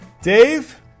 Dave